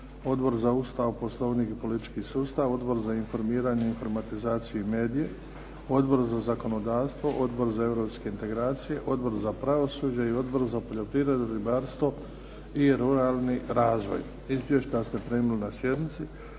Odbor za Ustav, Poslovnik i politički sustav, Odbor za informiranje, informatizaciju i medije, Odbor za zakonodavstvo, Odbor za europske integracije, Odbor za pravosuđe i Odbor za poljoprivredu, ribarstvo i ruralni razvoj. Izvješća ste primili na sjednici.